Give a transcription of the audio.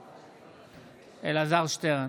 נגד אלעזר שטרן,